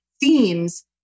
themes